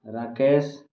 Rakesh